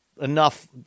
enough